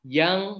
yang